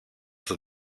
στο